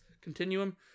continuum